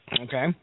Okay